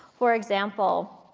for example,